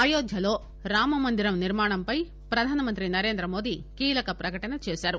అయోధ్యలో రామమందిరం నిర్మాణంపై ప్రధానమంత్రి నరేంద్రమోది కీలక ప్రకటన చేశారు